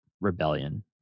rebellion